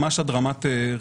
ממש עד רמת רדיפה,